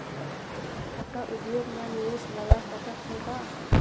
कपड़ा उद्योग म निवेश लगा सकत हो का?